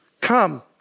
come